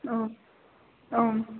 औ औ